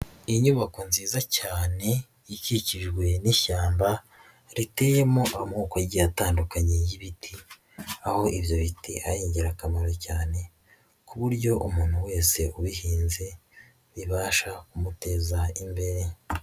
Inyubako nziza cyane ikikijwe n'ishyamba riteyemo amoko agiye atandukanye y'ibiti, aho ibyo biti ari ingirakamaro cyane ku buryo umuntu wese ubihinze bibasha kumuteza imbere.